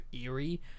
eerie